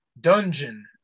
Dungeon